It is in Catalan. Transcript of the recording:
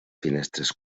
finestres